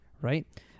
right